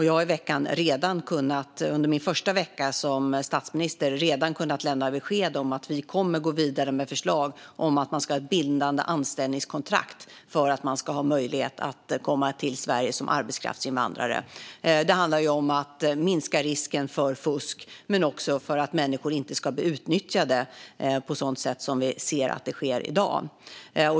Jag har under min första vecka som statsminister redan kunnat lämna besked om att vi kommer att gå vidare med förslag om att man ska ha bindande anställningskontrakt för att ha möjlighet att komma till Sverige som arbetskraftsinvandrare. Det handlar om att minska risken för fusk men också om att människor inte ska bli utnyttjade på det sätt vi ser sker i dag.